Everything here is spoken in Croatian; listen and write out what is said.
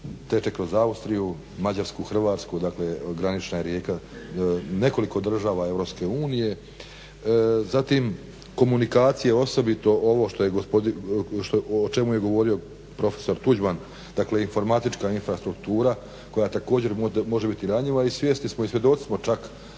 teče kroz Austriju, Mađarsku, Hrvatsku, dakle granična je rijeka nekoliko država EU, zatim komunikacije osobito ovo što je gospodin, o čemu je govorio profesor Tuđman, dakle informatička infrastruktura koja također može biti ranjiva. I svjesni smo i svjedoci smo čak